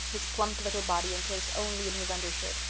his plump little body encased only in his undershirt,